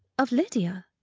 of lydia?